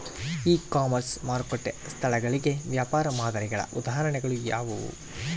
E commerce ಮಾರುಕಟ್ಟೆ ಸ್ಥಳಗಳಿಗೆ ವ್ಯಾಪಾರ ಮಾದರಿಗಳ ಉದಾಹರಣೆಗಳು ಯಾವುವು?